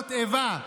מפעולות איבה,